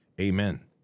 Amen